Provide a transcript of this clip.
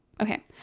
Okay